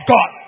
God